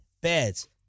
beds